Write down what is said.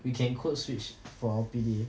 we can code switch for our P_D_A